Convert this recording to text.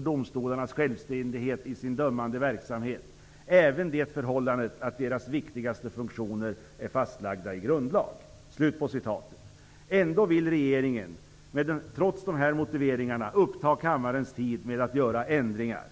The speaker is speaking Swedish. domstolarnas självständighet i sin dömande verksamhet, även det förhållandet att deras viktigaste funktioner är fastlagda i grundlag. Ändå vill regeringen -- trots ovan citerade motiveringar -- uppta kammarens tid med att göra ändringar!